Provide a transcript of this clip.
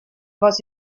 was